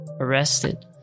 arrested